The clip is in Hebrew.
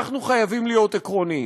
אנחנו חייבים להיות עקרוניים.